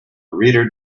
reader